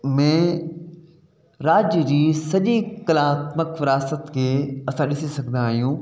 में राज्य जी सॼी कलात्मक विरासत खे असां ॾिसी सघंदा आहियूं